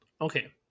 Okay